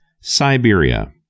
Siberia